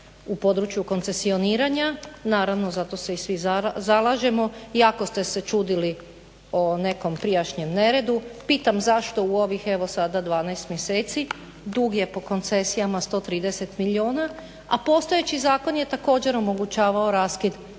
u području koncesioniranja. Naravno za to se i svi zalažemo. Jako ste se čudili o nekom prijašnjem neredu. Pitam zašto u ovih evo sada 12 mjeseci dug je po koncesijama 130 milijuna, a postojeći zakon je također omogućavao raskid